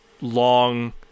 long